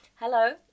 Hello